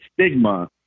stigma